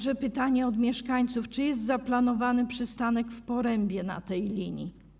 I pytanie od mieszkańców: Czy jest zaplanowany przystanek w Porębie na tej linii?